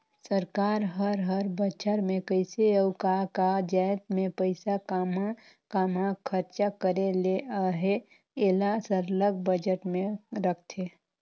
सरकार हर हर बछर में कइसे अउ का का जाएत में पइसा काम्हां काम्हां खरचा करे ले अहे एला सरलग बजट में रखथे